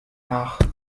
nach